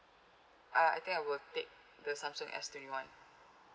uh I think I will take the Samsung S twenty one